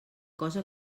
cosa